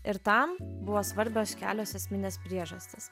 ir tam buvo svarbios kelios esminės priežastys